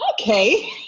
okay